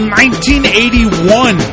1981